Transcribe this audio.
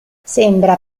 sembra